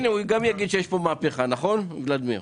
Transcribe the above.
אני חייב לומר שיגאל, אדון פחימה,